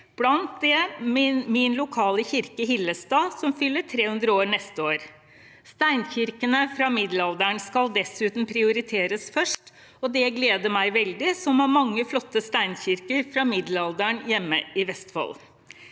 blant dem min lokale kirke, Hillestad, som fyller 300 år neste år. Steinkirkene fra middelalderen skal dessuten prioriteres først, og det gleder meg veldig, som har mange flotte steinkirker fra middelalderen hjemme i Vestfold.